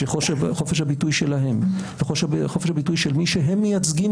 שחופש הביטוי שלהם וחופש הביטוי של מי שהם מייצגים,